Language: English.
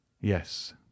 yes